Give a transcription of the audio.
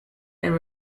and